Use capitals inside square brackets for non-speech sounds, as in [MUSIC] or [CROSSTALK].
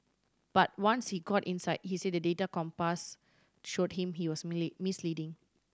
but once he got inside he said the data Compass showed him he was [UNINTELLIGIBLE] misleading